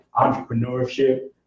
entrepreneurship